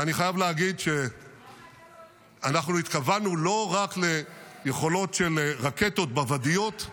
ואני חייב להגיד שאנחנו התכוונו לא רק ליכולות של רקטות בוואדיות,